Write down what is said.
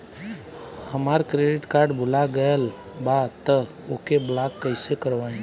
हमार credit card भुला गएल बा त ओके ब्लॉक कइसे करवाई?